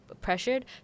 pressured